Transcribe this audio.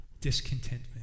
Discontentment